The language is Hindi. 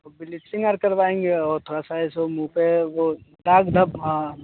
वह बिलीचिंग आर करवाएँगे और थोड़ा सा ऐसे मूँह पर वो दाग़ धब हाँ